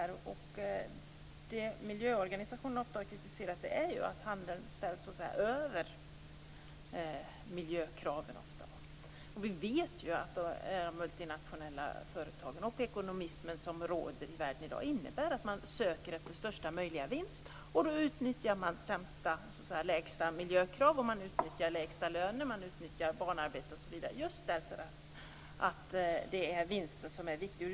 Det som miljöorganisationerna ofta har kritiserat är att handeln ofta så att säga ställs över miljökraven. Och vi vet ju att de multinationella företagen i den ekonomism som råder i världen i dag söker efter största möjliga vinst. Då utnyttjar företagen de lägsta miljökraven, de utnyttjar de lägsta lönerna, de utnyttjar barnarbete, osv. just därför att det är vinsten som är viktigt.